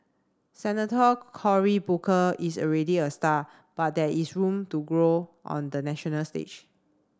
Senator Cory Booker is already a star but there is room to grow on the national stage